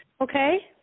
okay